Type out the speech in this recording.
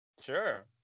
Sure